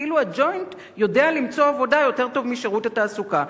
כאילו ה"ג'וינט" יודע למצוא עבודה יותר טוב משירות התעסוקה.